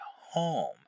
home